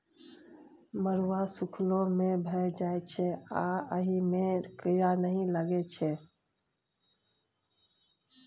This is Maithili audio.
मरुआ सुखलो मे भए जाइ छै आ अहि मे कीरा नहि लगै छै